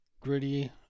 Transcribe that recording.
gritty